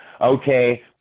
okay